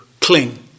cling